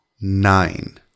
nine